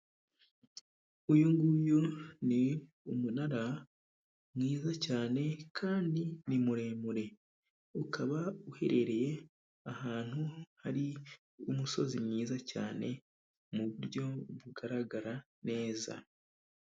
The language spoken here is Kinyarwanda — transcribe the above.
Uyu nguyu ni umunara mwiza cyane kandi ni muremure, ukaba uherereye ahantu hari umusozi mwiza cyane mu buryo bugaragara neza.